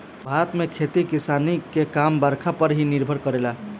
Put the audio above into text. भारत में खेती किसानी के काम बरखा पर ही निर्भर करेला